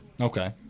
Okay